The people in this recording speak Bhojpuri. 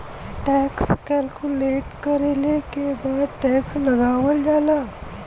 टैक्स कैलकुलेट करले के बाद टैक्स लगावल जाला